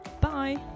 Bye